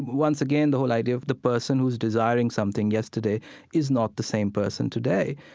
once again, the whole idea of the person who's desiring something yesterday is not the same person today.